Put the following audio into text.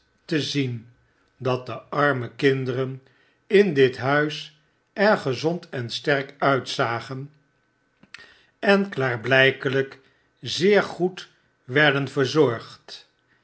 te zien dat de arme kinderen in dit huis er gezond en sterk uitzagen en klaarblpelp zeer goed werden verzorgd